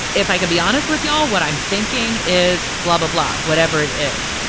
if i could be honest with you, all what i'm thinking is blah, blah, blah, whatever it is,